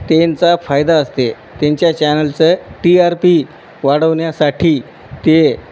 त्यांचा फायदा असते त्यांच्या चॅनलचं टी आर पी वाढवण्यासाठी ते